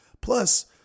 Plus